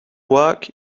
work